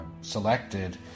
selected